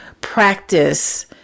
practice